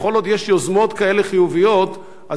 וכל עוד יש יוזמות חיוביות כאלה,